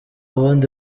bundi